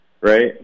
right